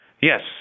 Yes